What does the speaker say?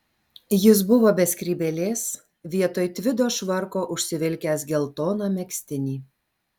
jis buvo be skrybėlės vietoj tvido švarko užsivilkęs geltoną megztinį